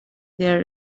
there